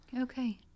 Okay